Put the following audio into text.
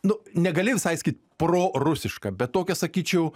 nu negali visai sakyt prorusiška bet tokia sakyčiau